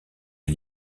est